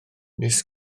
nis